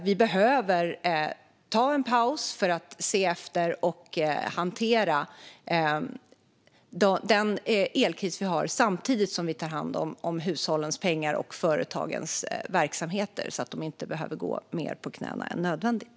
Vi behöver ta en paus för att tänka efter och hantera den elkris vi har samtidigt som vi tar hand om hushållens pengar och företagens verksamheter så att de inte behöver gå på knäna mer än nödvändigt.